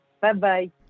Bye-bye